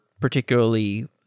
particularly